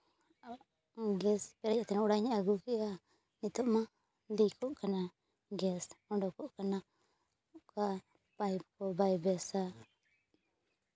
gas ᱯᱮᱨᱮᱡ ᱠᱟᱛᱮ ᱦᱚᱸ ᱚᱲᱟᱜ ᱤᱧ ᱟᱹᱜᱩ ᱠᱮᱜᱼᱟ ᱱᱤᱛᱚᱜ ᱢᱟ ᱞᱤᱠᱚᱜ ᱠᱟᱱᱟ ᱜᱮᱥ ᱚᱰᱳᱠᱚᱜ ᱠᱟᱱᱟ ᱚᱱᱠᱟ ᱯᱟᱭᱤᱯ ᱠᱚ ᱵᱟᱭ ᱵᱮᱥᱼᱟ